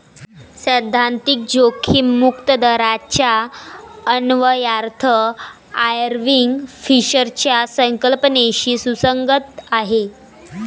सैद्धांतिक जोखीम मुक्त दराचा अन्वयार्थ आयर्विंग फिशरच्या संकल्पनेशी सुसंगत आहे